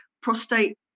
prostate